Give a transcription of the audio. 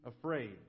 afraid